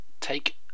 take